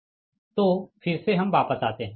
तो फिर से हम वापस आते है